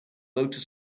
motor